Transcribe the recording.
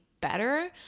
better